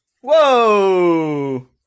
Whoa